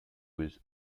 was